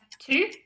Two